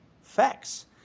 facts